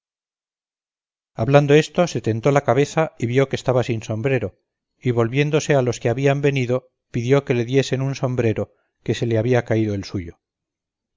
hablando esto se tentó la cabeza y vio que estaba sin sombrero y volviéndose a los que habían venido pidió que le diesen un sombrero que se le había caído el suyo